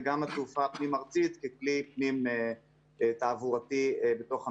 וגם התעופה הפנים-ארצית ככלי פנים תעבורתי בתוך המדינה.